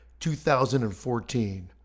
2014